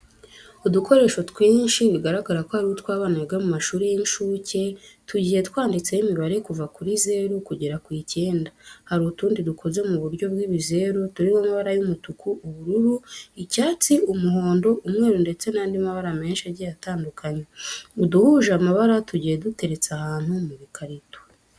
Udukoresho twinshi bigaragara ko ari utw'abana biga mu mashuri y'inshuke, tugiye twanditseho imibare kuva kuri zeru kugera ku icyenda. Hari utundi dukoze mu buryo bw'ibizeru turimo amabara y'umutuku, ubururu, icyatsi, umuhondo, umweru ndetse n'andi mabara menshi agiye atandukanye. Uduhuje amabara tugiye duteretse ahantu mu bikarito.